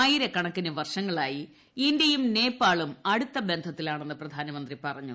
ആയിരക്കണക്കിന് വർഷങ്ങളായി ഇന്ത്യയും നേപ്പാളും അടുത്തബന്ധത്തിലാണെന്ന് പ്രധാനമന്ത്രി പറഞ്ഞു